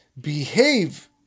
Behave